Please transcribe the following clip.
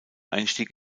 einstieg